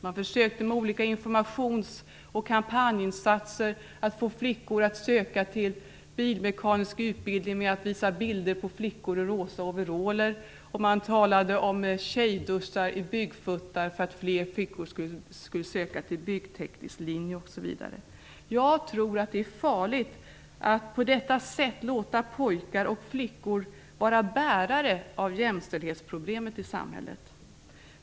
Man försökte med olika informations och kampanjinsatser att få flickor att söka till bilmekaniska utbildningar, t.ex. genom att visa bilder på flickor i rosa overaller, man talade om tjejduschar i byggfuttar för att fler flickor skulle söka till byggteknisk linje osv. Jag tror att det är farligt att på detta sätt låta pojkar och flickor vara bärare av jämställdhetsproblemet i samhället.